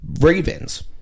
Ravens